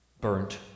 burnt